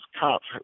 cops